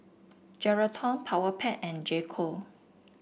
Geraldton Powerpac and J Co